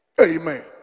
Amen